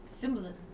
Symbolism